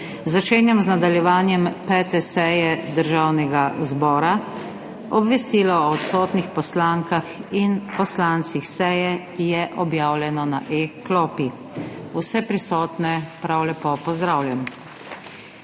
Začenjam z nadaljevanjem 5. seje Državnega zbora. Obvestilo o odsotnih poslankah in poslancih seje je objavljeno na e-klopi. Vse prisotne prav lepo pozdravljam!